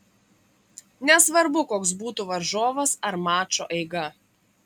nesvarbu koks būtų varžovas ar mačo eiga